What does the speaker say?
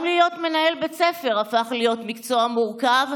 גם להיות מנהל בית ספר הפך להיות מקצוע מורכב,